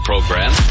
program